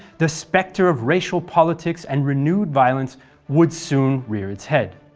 the spectre of racial politics and renewed violence would soon rear its head.